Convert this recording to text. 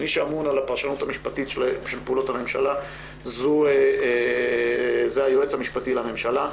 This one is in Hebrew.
מי שאמון על הפרשנות המשפטית של פעולות הממשלה זה היועץ המשפטי לממשלה.